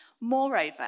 Moreover